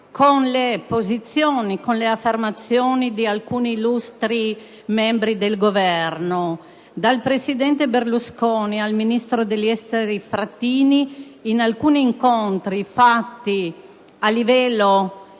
contraddizione con le affermazioni di alcuni illustri membri del Governo, dal presidente Berlusconi al ministro degli esteri Frattini: in alcuni incontri fatti a livello